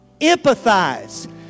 Empathize